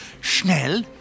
Schnell